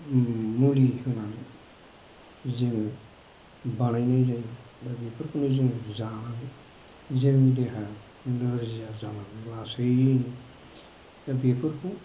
मुलि होनानै जोङो बानायनाय जायो दा बेफोरखौनो जों जानानै जोंनि देहाया नोरजिया जालाङो लासैनो दा बेफोरखौ